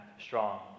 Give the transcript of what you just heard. strong